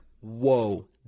Whoa